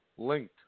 linked